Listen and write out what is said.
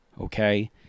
okay